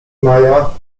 maya